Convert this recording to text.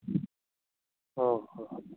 ꯑꯧ ꯍꯣꯏ ꯍꯣꯏ